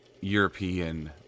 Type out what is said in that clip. European